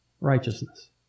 righteousness